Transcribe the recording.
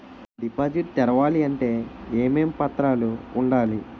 Deposit తెరవాలి అంటే ఏమేం పత్రాలు ఉండాలి?